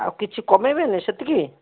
ଆଉ କିଛି କମେଇବେନି ସେତିକି